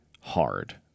hard